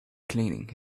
cleaning